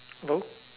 hello